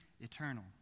Eternal